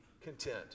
content